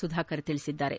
ಸುಧಾಕರ್ ಹೇಳಿದ್ದಾರೆ